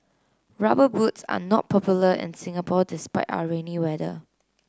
rubber boots are not popular in Singapore despite our rainy weather